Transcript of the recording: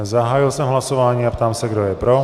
Zahájil jsem hlasování a ptám se, kdo je pro.